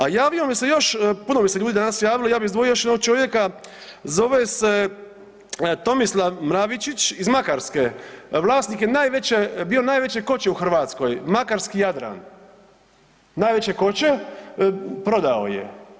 A javio mi se još, puno mi se ljudi danas javilo, ja bi izdvojio još jednog čovjeka, zove se Tomislav Mravičić iz Makarske, vlasnik je najveće, bio najveće koće u Hrvatskoj, makarski Jadran, najveće koće, prodao je.